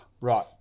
Right